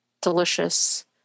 delicious